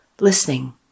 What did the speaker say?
listening